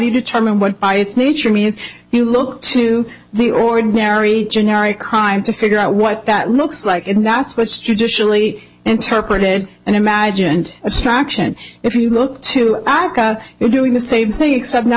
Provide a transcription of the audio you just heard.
you determine what by its nature means you look to the ordinary generic crime to figure out what that looks like and that's what's traditionally interpreted and imagined it's traction if you look to aca you're doing the same thing except now